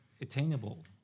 attainable